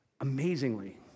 amazingly